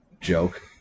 Joke